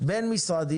בין משרדי.